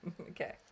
Okay